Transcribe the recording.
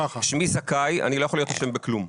שמי זכאי ואני לא יכול להיות אשם בכלום.